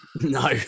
no